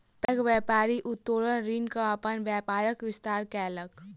पैघ व्यापारी उत्तोलन ऋण सॅ अपन व्यापारक विस्तार केलक